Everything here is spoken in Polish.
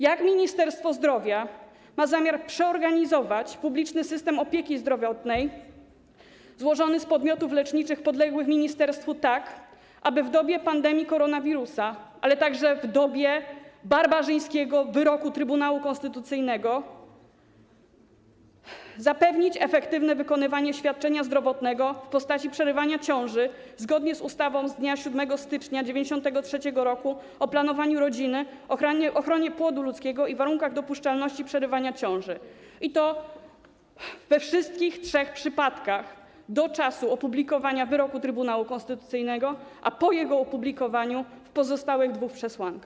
Jak Ministerstwo Zdrowia ma zamiar przeorganizować publiczny system opieki zdrowotnej, złożony z podmiotów leczniczych podległych ministerstwu, aby w dobie pandemii koronawirusa, ale także w dobie barbarzyńskiego wyroku Trybunału Konstytucyjnego zapewnić efektywne wykonywanie świadczenia zdrowotnego w postaci przerywania ciąży zgodnie z ustawą z dnia 7 stycznia 1993 r. o planowaniu rodziny, ochronie płodu ludzkiego i warunkach dopuszczalności przerywania ciąży, i to we wszystkich trzech przypadkach, do czasu opublikowania wyroku Trybunału Konstytucyjnego, a po jego opublikowaniu - w przypadku pozostałych dwóch przesłanek?